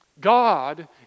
God